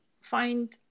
find